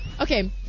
Okay